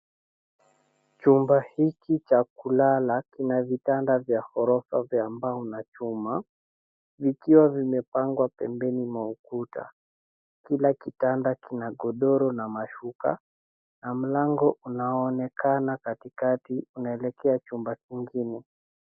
Chumba hiki cha kulala kina vitanda vya orofa za mbao na chuma vikiwa vimepangwa pembeni mwa ukuta. Kila kitanda kina godoro na shuka na mlango unaonekana katikatika unaelekea chumba ingine.